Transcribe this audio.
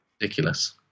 ridiculous